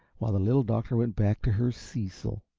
while the little doctor went back to her cecil.